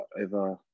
over